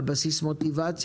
אלא על בסיס מוטיבציה,